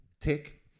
tick